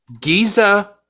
giza